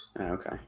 Okay